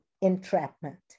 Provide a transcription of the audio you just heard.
entrapment